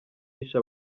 yishe